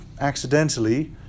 accidentally